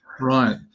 right